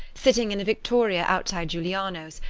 sitting in a victoria outside guiliano's,